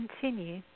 continue